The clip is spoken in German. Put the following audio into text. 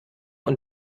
und